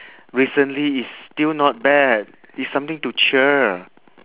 recently is still not bad it's something to cheer